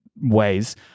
ways